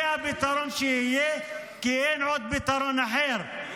זה הפתרון שיהיה, כי אין פתרון אחר.